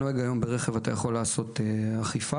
לנוהגים ברכב אתה יכול לעשות אכיפה,